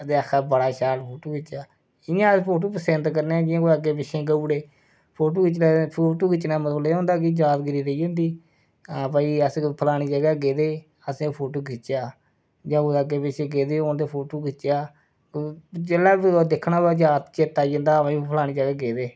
ते आक्खा दा बड़ा शैल फोटू खिच्चेआ जियां अस फोटू पसंद करने आं जियां अग्गै पिच्छै गऊ उड़े फोटू खिच्चने दा फोटू खिच्चने दा मतलब एह् हुंदा की यादगिरी रेई जंदी अस भाई फ्लानी जगह गे हे असें फोटू खिच्चेआ जां कुतै अग्गै पिच्छै गेदे होन ते फोटू खिच्चेआ जेल्लै कुतै दिक्खना होवे याद चेत्ता आई जंदा आं भाई फ्लानी जगह गेदे हे